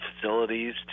facilities